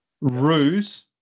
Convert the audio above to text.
Ruse